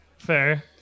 fair